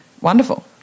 Wonderful